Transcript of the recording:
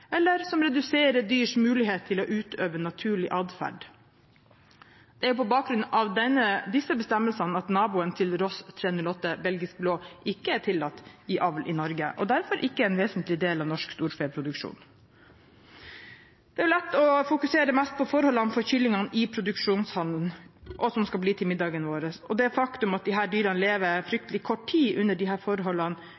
eller som reduserer dyrs mulighet til å utøve naturlig adferd. Det er på bakgrunn av disse bestemmelsene at naboen til Ross 308 – Belgisk blå – ikke er tillatt i avl i Norge og derfor ikke er en vesentlig del av norsk storfeproduksjon. Det er lett å fokusere mest på forholdene for kyllingene i produksjonshandelen som skal bli til middag for oss. Det faktum at disse dyrene lever